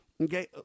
Okay